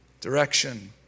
direction